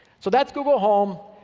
so that's google home.